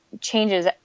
changes